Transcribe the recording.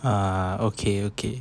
ah okay okay